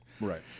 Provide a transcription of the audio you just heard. Right